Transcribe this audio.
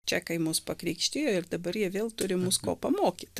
čekai mus pakrikštijo ir dabar jie vėl turi mus ko pamokyt